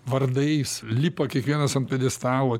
vardais lipa kiekvienas ant pjedestalo